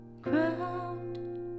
ground